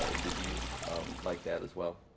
ah disease like that as well.